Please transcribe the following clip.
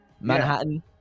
Manhattan